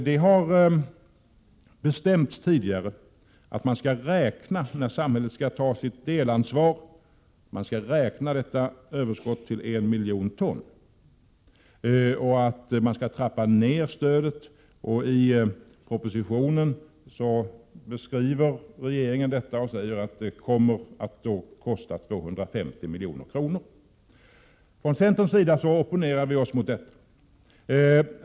Det har tidigare bestämts att detta överskott — i fråga om när samhället skall ta sitt delansvar — skall beräknas till en miljon ton och att stödet skall trappas ned. I propositionen beskriver regeringen detta. Man säger att kostnaden kommer att uppgå till 250 milj.kr. Från centerns sida opponerar vi oss emot detta.